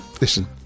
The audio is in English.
Listen